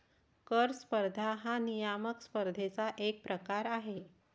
कर स्पर्धा हा नियामक स्पर्धेचा एक प्रकार आहे